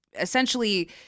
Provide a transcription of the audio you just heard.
Essentially